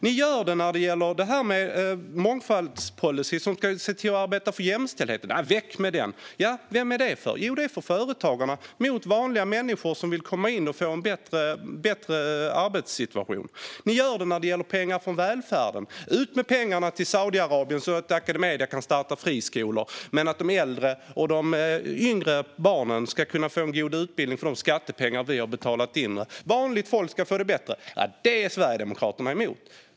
Ni gör det när det gäller det här med mångfaldspolicy, som ska se till att man arbetar för jämställdhet. Väck med det! För vem gör ni detta? Jo, ni gör det för företagarna, mot vanliga människor som vill komma in och få en bättre arbetssituation. Ni gör det när det gäller pengar från välfärden. Ut med pengarna till Saudiarabien, så att Academedia kan starta friskolor! Men att de äldre och yngre barnen ska kunna få en god utbildning för de skattepengar vi har betalat in och att vanligt folk ska få det bättre är Sverigedemokraterna emot.